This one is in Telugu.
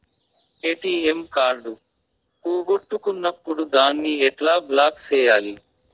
ఎ.టి.ఎం కార్డు పోగొట్టుకున్నప్పుడు దాన్ని ఎట్లా బ్లాక్ సేయాలి